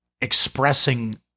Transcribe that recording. expressing